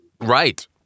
Right